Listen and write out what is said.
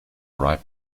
ripe